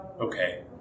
Okay